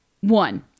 One